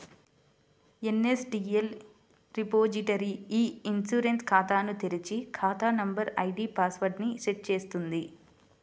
NSDL repository e insurance ఖాతాను తెరిచి, ఖాతా నంబర్, ఐడీ పాస్ వర్డ్ ని సెట్ చేస్తుంది